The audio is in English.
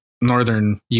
northern